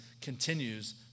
continues